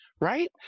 Right